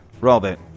Robert